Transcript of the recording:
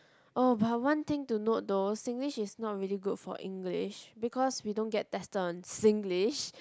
oh but one thing to note though Singlish is not really good for English because we don't get tested on Singlish